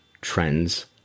trends